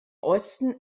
osten